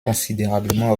considérablement